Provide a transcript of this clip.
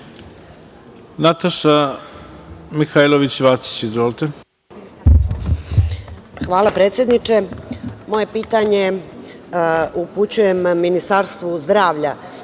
Hvala, predsedniče. Moje pitanje upućujem Ministarstvu zdravlja.